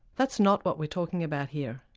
that's not what we're talking about here.